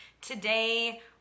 Today